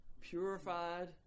purified